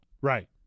Right